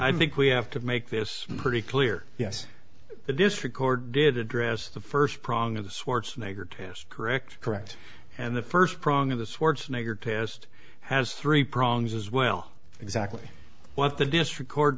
i think we have to make this pretty clear yes but this record did address the first prong of the swartz megger test correct correct and the first prong of the swartz nigger test has three prongs as well exactly what the district court